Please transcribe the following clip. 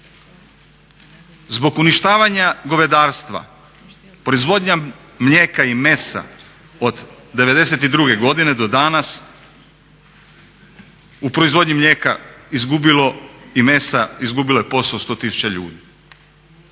Zbog uništavanja govedarstva proizvodnja mlijeka i mesa od '92. godine do danas u proizvodnji mlijeka izgubilo i mesa izgubilo je posao 100 tisuća ljudi.